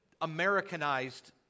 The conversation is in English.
Americanized